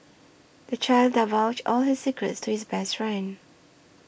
the child divulged all his secrets to his best friend